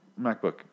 MacBook